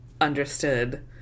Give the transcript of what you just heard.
understood